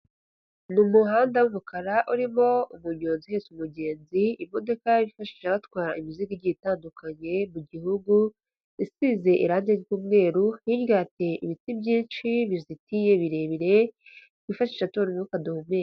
Ni umuhanda w'umukara urimo umunyonzi uhetse umugenzi, imodoka bifashisha batwara imizigo igiye itandukanye mu gihugu isize irange ry'umweru, hirya hateye ibiti byinshi bizitiye birebire twifashisha tubona umwukaka duhumeka.